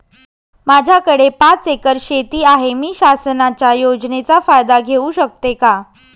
माझ्याकडे पाच एकर शेती आहे, मी शासनाच्या योजनेचा फायदा घेऊ शकते का?